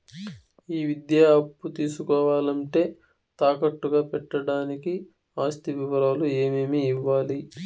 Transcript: ఈ విద్యా అప్పు తీసుకోవాలంటే తాకట్టు గా పెట్టడానికి ఆస్తి వివరాలు ఏమేమి ఇవ్వాలి?